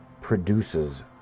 produces